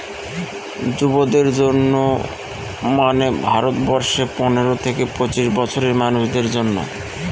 যুবদের জন্য মানে ভারত বর্ষে পনেরো থেকে পঁচিশ বছরের মানুষদের জন্য